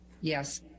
yes